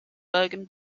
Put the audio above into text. bergen